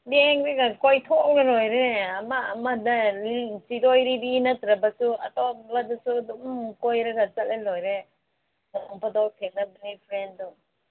ꯌꯦꯡꯂꯒ ꯀꯣꯏꯊꯣꯛꯂ ꯂꯣꯏꯔꯦ ꯑꯃ ꯑꯃꯗ ꯁꯤꯔꯣꯏ ꯂꯤꯂꯤ ꯅꯠꯇ꯭ꯔꯕꯁꯨ ꯑꯇꯣꯞꯄꯗꯁꯨ ꯑꯗꯨꯝ ꯀꯣꯏꯔꯒ ꯆꯠꯂ ꯂꯣꯏꯔꯦ ꯅꯣꯡ ꯐꯥꯗꯣꯛ ꯊꯦꯡꯅꯕꯅꯤ ꯐ꯭ꯔꯦꯟꯗꯣ